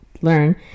learn